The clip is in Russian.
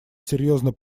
серьезно